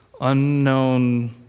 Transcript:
unknown